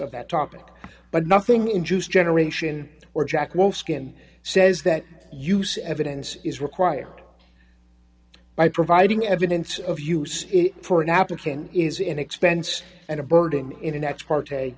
of that topic but nothing in juice generation or jack will skin says that use evidence is required by providing evidence of use it for an application is an expense and a burden in an ex part